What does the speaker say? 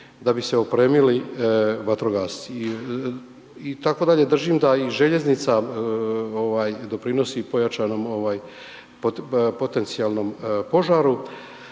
da bi se opremili vatrogasci. I tako dalje držim da i željeznica ovaj doprinosi pojačanom ovaj potencijalnom požaru,